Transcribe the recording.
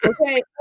Okay